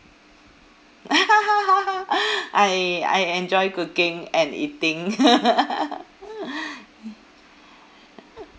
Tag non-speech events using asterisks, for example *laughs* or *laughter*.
*laughs* I I enjoy cooking and eating *laughs* *noise*